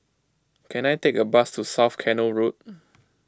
can I take a bus to South Canal Road